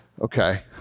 Okay